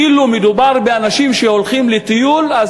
אילו היה מדובר באנשים שהולכים לטיול,